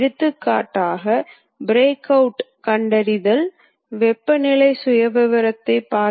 பொதுவாக இரண்டு வகையான இயந்திரங்கள் உள்ளன